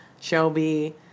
Shelby